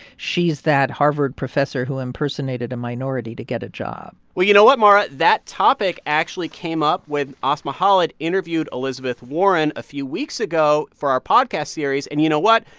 she's that harvard professor who impersonated a minority to get a job well, you know what, mara? that topic actually came up with asma khalid interviewed elizabeth warren a few weeks ago for our podcast series, and you know what?